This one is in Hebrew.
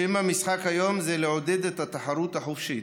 שם המשחק היום זה לעודד את התחרות החופשית,